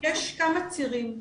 יש כמה צירים.